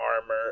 armor